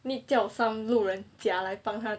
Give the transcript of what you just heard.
need 叫 some 路人甲来帮他